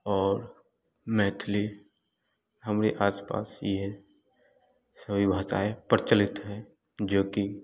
और मैथली हमारे आसपास ये सभी भाषाएँ प्रचलित हैं जो कि